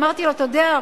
אמרתי לו: אתה יודע?